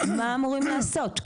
מה אמורים לעשות?